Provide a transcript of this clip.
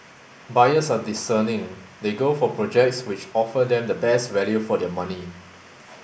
buyers are discerning they go for projects which offer them the best value for their money